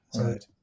Right